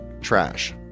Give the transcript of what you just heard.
trash